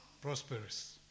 prosperous